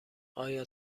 آیا